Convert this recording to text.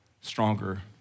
stronger